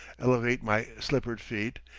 elevate my slippered feet,